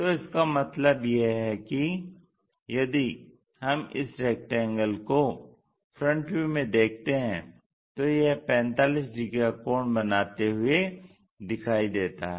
तो इसका मतलब यह है कि यदि हम इस रेक्टेंगल को FV में देखते हैं तो यह 45 डिग्री का कोण बनाते हुए दिखाई देता है